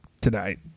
tonight